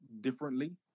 differently